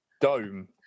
dome